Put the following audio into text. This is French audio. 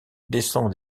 descend